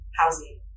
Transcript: housing